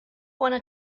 wanna